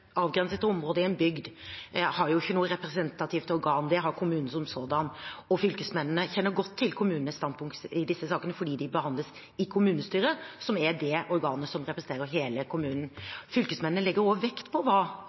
har kommunen som sådan – og fylkesmennene. Jeg kjenner godt til kommunenes standpunkt i disse sakene, for de behandles i kommunestyret, som er det organet som representerer hele kommunen. Fylkesmennene legger også vekt på hva